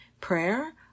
prayer